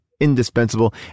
indispensable